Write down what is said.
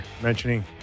mentioning